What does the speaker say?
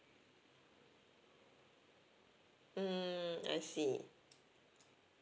mm I see